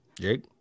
Jake